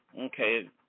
Okay